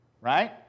Right